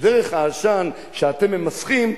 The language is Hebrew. דרך העשן שאתם ממסכים,